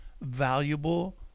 valuable